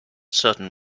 certain